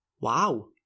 wow